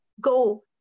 go